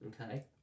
Okay